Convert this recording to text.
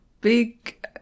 big